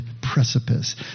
precipice